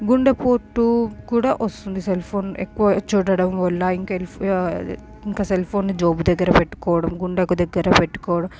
గుండెపోటు కూడా వస్తుంది సెల్ ఫోన్ ఎక్కువ చూడడం వల్ల ఇంకా ఇంకా సెల్ ఫోన్ని జోబు దగ్గర పెట్టుకోవడం గుండెకు దగ్గర పెట్టుకోవడం